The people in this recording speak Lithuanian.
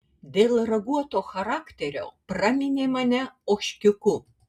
dėl raguoto charakterio praminė mane ožkiuku